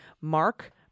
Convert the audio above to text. Mark